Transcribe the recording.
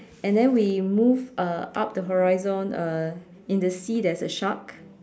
and then we move uh up the horizon uh in the sea there's a shark